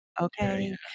Okay